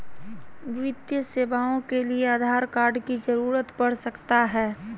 वित्तीय सेवाओं के लिए आधार कार्ड की जरूरत पड़ सकता है?